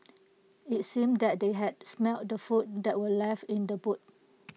IT seemed that they had smelt the food that were left in the boot